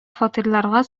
фатирларга